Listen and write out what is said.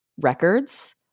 records